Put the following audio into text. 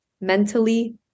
mentally